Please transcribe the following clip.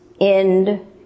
end